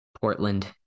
Portland